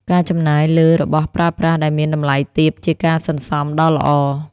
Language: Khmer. ការចំណាយលើរបស់ប្រើប្រាស់ដែលមានតម្លៃទាបជាការសន្សុំដ៏ល្អ។